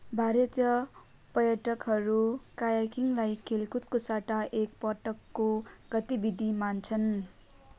भारतीय पर्यटकहरू कायाकिङलाई खेलकुदको सट्टा एकपटकको गतिविधि मान्छन्